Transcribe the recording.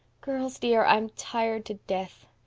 girls, dear, i'm tired to death.